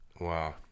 Wow